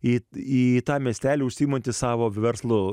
į tą miestelį užsiimantys savo verslo